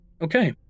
Okay